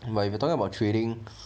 but if you talking about trading